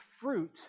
fruit